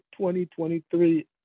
2023